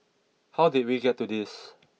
how did we get to this